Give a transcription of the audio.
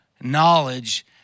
knowledge